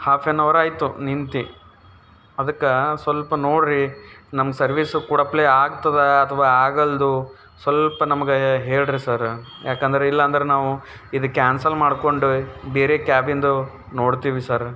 half an hour ಆಯಿತು ನಿಂತು ಅದಕ್ಕೆ ಸ್ವಲ್ಪ ನೋಡ್ರಿ ನಮ್ಮ ಸರ್ವೀಸು ಕೂಡ ಅಪ್ಲೇ ಆಗ್ತದ ಅಥವಾ ಆಗಲ್ದೊ ಸ್ವಲ್ಪ ನಮ್ಗೆ ಹೇಳಿರಿ ಸರ್ ಏಕೆಂದ್ರೆ ಇಲ್ಲಾಂದ್ರೆ ನಾವು ಇದು ಕ್ಯಾನ್ಸಲ್ ಮಾಡ್ಕೊಂಡು ಬೇರೆ ಕ್ಯಾಬಿಂದು ನೋಡ್ತೀವಿ ಸರ್